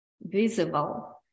visible